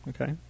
Okay